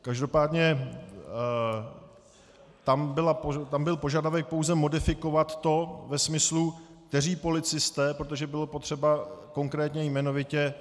Každopádně tam byl požadavek pouze modifikovat to ve smyslu, kteří policisté, protože bylo potřeba konkrétně jmenovitě...